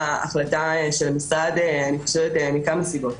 החלטה של משרד מכמה סיבות.